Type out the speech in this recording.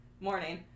morning